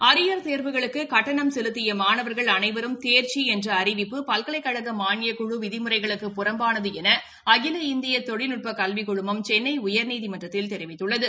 arrear தேர்வுகளுக்கு கட்டணம் செலுத்திய மாணவர்கள் அனைவரும் தேர்ச்சி என்ற அறிவிப்பு பல்கலைக்கழக மாளியக் குழு விதிமுறைகளுக்கு புறம்பாளது என அகில இந்திய தொழில்நட்ப கல்விக்குழுமம் சென்னை உயர்நீதிமன்த்தில் தெரிவித்துள்ளது